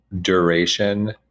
duration